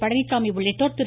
பழனிசாமி உள்ளிட்டோர் திரு